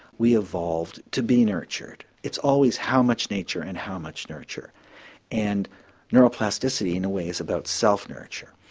we evolved to be nurtured, it's always how much nature and how much nurture and neuroplasticity in a way is about self-nurture.